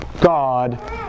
God